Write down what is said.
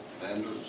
vendors